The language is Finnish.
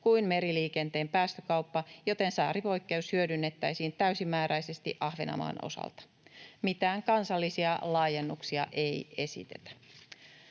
kuin meriliikenteen päästökauppa, joten saaripoikkeus hyödynnettäisiin täysimääräisesti Ahvenanmaan osalta. Mitään kansallisia laajennuksia ei esitetä.